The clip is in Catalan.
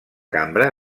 cambra